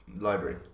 library